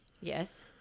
yes